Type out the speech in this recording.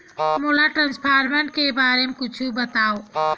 मोला ट्रान्सफर के बारे मा कुछु बतावव?